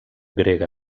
grega